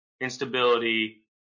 Instability